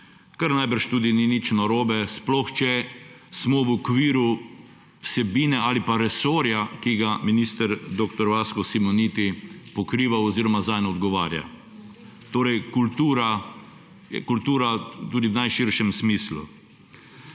kar najbrž tudi ni nič narobe, sploh če smo v okviru vsebine ali pa resorja, ki ga minister dr. Vasko Simoniti pokriva oziroma zanj odgovarja. Torej kultura, tudi v najširšem smislu.